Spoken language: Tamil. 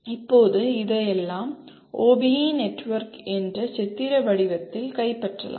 இப்போது இதையெல்லாம் ஓபிஇ நெட்வொர்க் என்ற சித்திர வடிவத்தில் கைப்பற்றலாம்